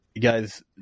guys